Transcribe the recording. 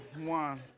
one